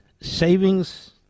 savings